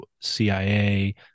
CIA